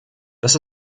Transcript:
das